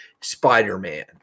Spider-Man